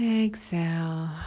exhale